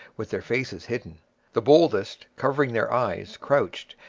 with their faces hidden the boldest, covering their eyes, crouched,